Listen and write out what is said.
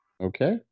Okay